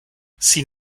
sin